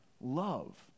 love